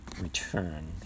return